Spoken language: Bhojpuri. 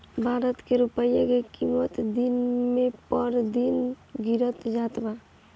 भारत के रूपया के किमत दिन पर दिन गिरत जात बा